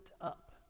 up